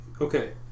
Okay